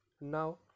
now